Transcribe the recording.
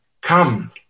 Come